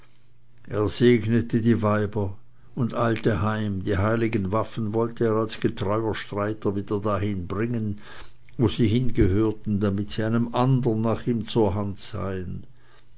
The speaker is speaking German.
er segnete die weiber und eilte heim die heiligen waffen wollte er als getreuer streiter wieder dahin bringen wo sie hingehörten damit sie einem andern nach ihm zur hand seien